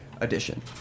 edition